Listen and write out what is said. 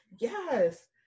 Yes